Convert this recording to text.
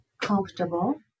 comfortable